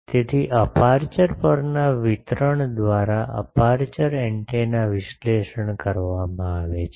તેથી અપેરચ્યોર પરના વિતરણ દ્વારા અપેરચ્યોર એન્ટેના વિશ્લેષણ કરવામાં આવે છે